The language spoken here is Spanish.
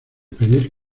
pedir